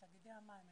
את תאגידי המים,